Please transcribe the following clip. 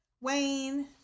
Wayne